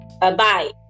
Bye-bye